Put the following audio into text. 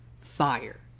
fire